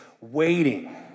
waiting